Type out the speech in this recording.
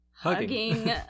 Hugging